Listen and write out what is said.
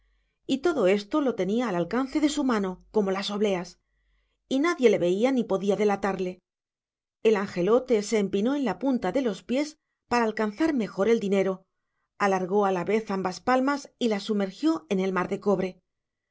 y todo esto lo tenía al alcance de su mano como las obleas y nadie le veía ni podía delatarle el angelote se empinó en la punta de los pies para alcanzar mejor el dinero alargó a la vez ambas palmas y las sumergió en el mar de cobre